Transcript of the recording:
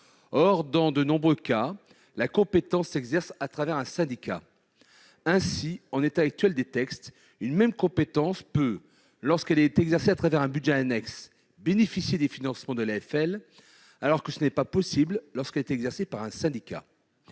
Or, dans de nombreux cas, la compétence s'exerce par le biais d'un syndicat. Ainsi, en l'état actuel des textes, une même compétence peut, lorsqu'elle est exercée un budget annexe, bénéficier des financements de l'AFL, alors que ce n'est pas possible lorsqu'elle est exercée par un syndicat.